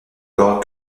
corde